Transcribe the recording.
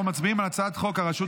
אנחנו מצביעים על הצעת חוק הרשות